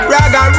Ragga